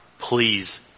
please